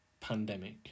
pandemic